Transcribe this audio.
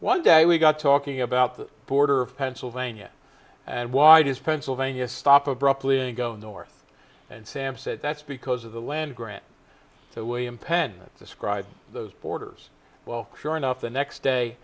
one day we got talking about the border of pennsylvania and why does pennsylvania stop abruptly and go north and sam said that's because of the land grant so william penn described those borders well sure enough the next day